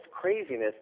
craziness